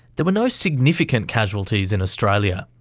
there were no significant casualties in australia.